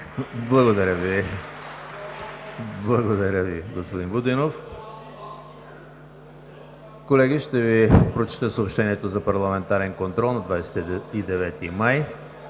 Благодаря Ви, господин Будинов. Колеги, ще Ви прочета съобщенията за парламентарен контрол на 29 май